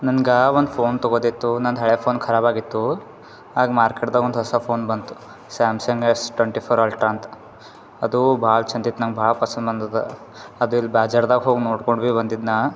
ನನ್ಗೆ ಒಂದು ಫೋನ್ ತಗೋದಿತ್ತು ನಂದು ಹಳೆ ಫೋನ್ ಖರಾಬಾಗಿತ್ತು ಆಗ ಮಾರ್ಕೆಟ್ದಾಗ ಒಂದು ಹೊಸ ಫೋನ್ ಬಂತು Samsung S twenty four ultra ಅಂತ ಅದು ಭಾಳ್ ಚಂದಿತ್ತು ನಮ್ಮ ಭಾಳ್ ಪಸಂದ್ ಬಂದದ ಅದು ಇಲ್ಲಿ ಬಾಜರ್ದಾಗ್ ಹೋಗಿ ನೋಡ್ಕೊಂಡ್ಬಿ ಬಂದಿದ್ನಾ